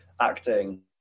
acting